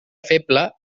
feble